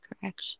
correct